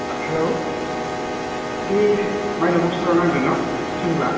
आह hello बै माइनाव book स्ट'राव नांदों ना सिमला